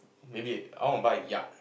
maybe I want to buy yacht